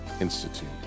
Institute